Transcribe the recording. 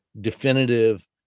definitive